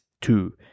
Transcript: two